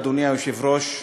אדוני היושב-ראש,